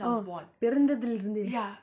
oh பிறந்ததில் இருந்து:piranthathil irunthu